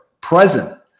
Present